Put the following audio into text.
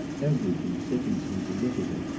everything sickens me to look at it.